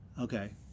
Okay